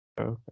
Okay